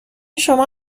شما